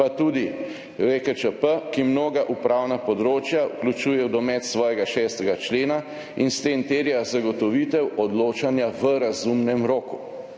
pa tudi EKČP, ki mnoga upravna področja vključuje v domet svojega 6. člena in s tem terja zagotovitev odločanja v razumnem roku.